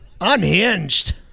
unhinged